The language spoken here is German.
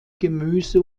gemüse